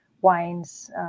wines